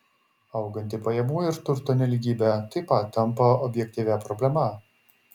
auganti pajamų ir turto nelygybė taip pat tampa objektyvia problema